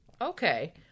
Okay